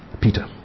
Peter